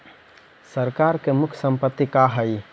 सरकार के मुख्य संपत्ति का हइ?